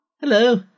Hello